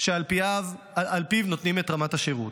שעל פיו נותנים את רמת השירות.